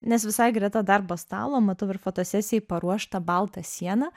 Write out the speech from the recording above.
nes visai greta darbo stalo matau ir fotosesijai paruoštą baltą sieną